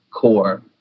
core